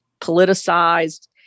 politicized